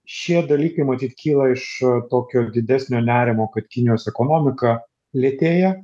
šie dalykai matyt kyla iš tokio didesnio nerimo kad kinijos ekonomika lėtėja